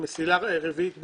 מסילה רביעית באיילון,